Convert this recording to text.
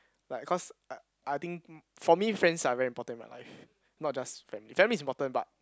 like cause I I think for me friends are very important in my life not just family family is important but